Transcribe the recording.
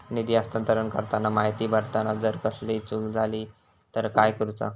निधी हस्तांतरण करताना माहिती भरताना जर कसलीय चूक जाली तर काय करूचा?